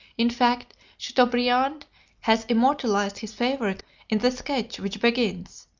in fact, chateaubriand has immortalized his favorite in the sketch which begins,